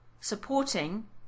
supporting